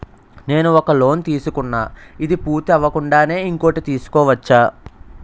నేను ఒక లోన్ తీసుకున్న, ఇది పూర్తి అవ్వకుండానే ఇంకోటి తీసుకోవచ్చా?